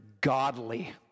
godly